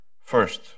First